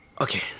Okay